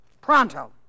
Pronto